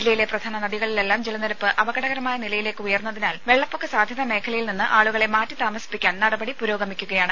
ജില്ലയിലെ പ്രധാന നദികളിലെല്ലാം ജലനിരപ്പ് അപകടകരമായ നിലയിലേക്ക് ഉയർന്നതിനാൽ വെള്ളപ്പൊക്ക സാധ്യതാ മേഖലയിൽ നിന്ന് ആളുകളെ മാറ്റി താമസിപ്പിക്കാൻ നടപടി പുരോഗമിക്കുകയാണ്